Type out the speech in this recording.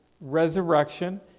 resurrection